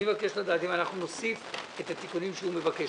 אני מבקש לדעת אם אנחנו נוסיף את התיקונים שהוא מבקש,